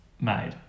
made